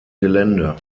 gelände